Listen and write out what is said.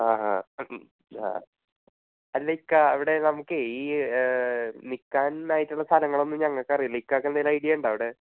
ആഹാ ആ അല്ല ഇക്കാ അവിടെ നമുക്കേ ഈ നിൽക്കാനായിട്ടുള്ള സ്ഥലങ്ങളൊന്നും ഞങ്ങൾക്ക് അറിയില്ല ഇക്കയ്ക്ക് എന്തെങ്കിലും ഐഡിയ ഉണ്ടോ അവിടെ